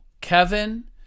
Kevin